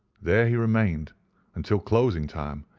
there he remained until closing time,